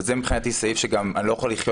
זה מבחינתי סעיף שגם אני לא יכול לחיות